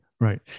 Right